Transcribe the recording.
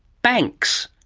banks,